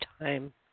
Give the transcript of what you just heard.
time